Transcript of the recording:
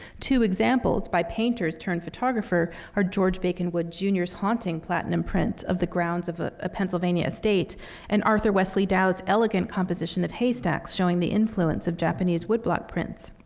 two examples by painters turned photographer are george bacon wood jr s haunting platinum print of the grounds of ah a pennsylvania estate and arthur wesley dow's elegant composition of haystacks, showing the influence of japanese woodblock prints.